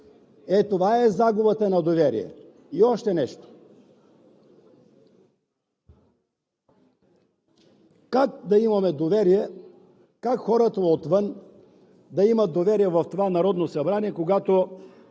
Ето това е загубата на доверие. И още нещо. Как да имаме доверие, как хората отвън да имат доверие в това Народно събрание, когато